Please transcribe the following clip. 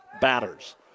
batters